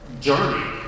journey